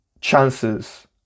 chances